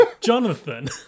Jonathan